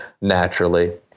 naturally